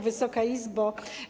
Wysoka Izbo!